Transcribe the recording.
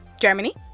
Germany